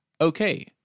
Okay